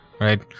right